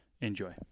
Enjoy